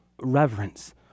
reverence